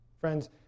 Friends